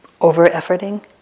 over-efforting